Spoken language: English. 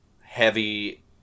heavy